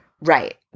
Right